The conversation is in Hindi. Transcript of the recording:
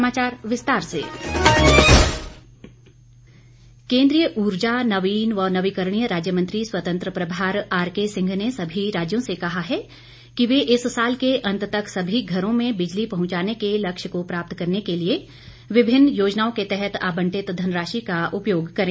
सम्मेलन केन्द्रीय ऊर्जा नवीन व नवीकरणीय राज्य मंत्री स्वतंत्र प्रभार आर के सिंह ने सभी राज्यों से कहा है कि वे इस साल के अंत तक सभी घरों में बिजली पहुंचाने के लक्ष्य को प्राप्त करने के लिए विभिन्न योजनाओं के तहत आवंटित धनराशि का उपयोग करें